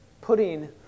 putting